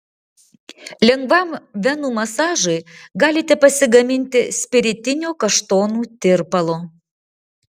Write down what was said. lengvam venų masažui galite pasigaminti spiritinio kaštonų tirpalo